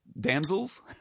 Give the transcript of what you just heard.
damsels